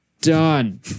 Done